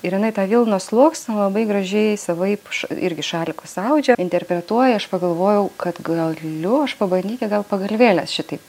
ir jinai tą vilnos sluoksną labai gražiai savaip irgi šalikus audžia interpretuoja aš pagalvojau kad galiu aš pabandyti gal pagalvėles šitaip